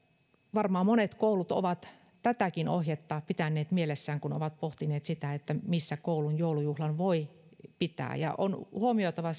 varmaan monet koulut ovat tätäkin ohjetta pitäneet mielessään kun ovat pohtineet sitä missä koulun joulujuhlan voi pitää on huomioitava